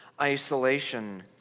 isolation